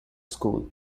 school